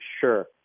sure